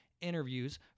interviews